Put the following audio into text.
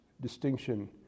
distinction